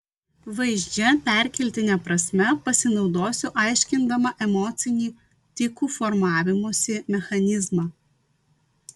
vaizdžia perkeltine prasme pasinaudosiu aiškindama emocinį tikų formavimosi mechanizmą